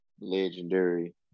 legendary